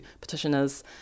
petitioners